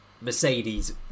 Mercedes